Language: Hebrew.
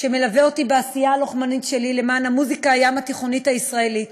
שמלווה אותי בעשייה הלוחמנית שלי למען המוזיקה הים-תיכונית הישראלית,